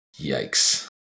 Yikes